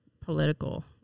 political